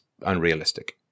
unrealistic